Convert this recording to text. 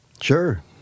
Sure